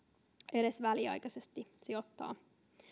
edes väliaikaisesti sijoittaa